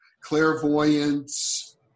clairvoyance